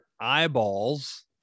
eyeballs